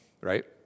right